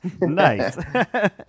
nice